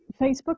Facebook